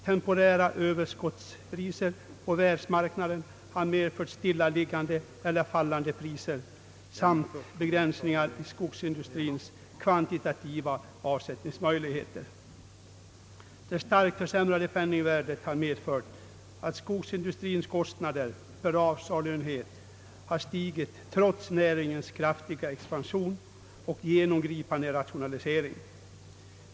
Temporära Ööverskottspriser på världsmarknaden har medfört stillaliggande eller fallande priser samt begränsningar i skogsindustrins kvantitativa avsättningsmöjligheter. Det starkt försämrade penningvärdet har medfört att skogsindustrins kostnader per avsaluenhet har stigit trots näringens kraftiga expansion och genomgripande rationalisering.